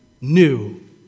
new